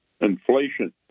inflation